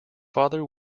father